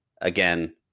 Again